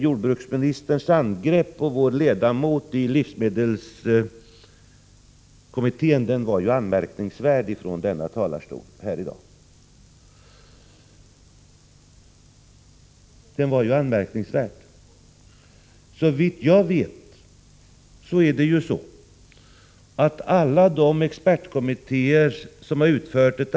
Jordbruksministerns angrepp från denna talarstol på vår ledamot i livsmedelskommittén var anmärkningsvärt. Såvitt jag vet är alla expertkommittéers arbete offentligt.